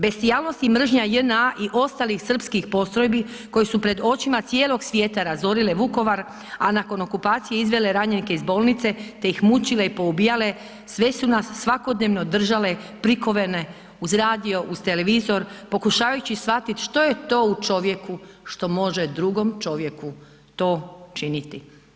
Bestijalnost i mržnja JNA i ostalih srpskih postrojbi koje su pred očima cijelog svijeta razorile Vukovar, a nakon okupacije izvele ranjenike iz bolnice te ih mučile i poubijale sve su nas svakodnevno držale prikovane uz radio, uz televizor, pokušavajući shvatiti što je to u čovjeku što može drugom čovjeku to činiti.